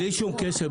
בלי שום קשר,